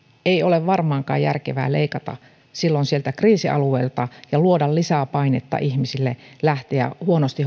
ei ole varmaankaan järkevää leikata silloin sieltä kriisialueilta ja luoda lisää painetta ihmisille lähteä huonosti